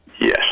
Yes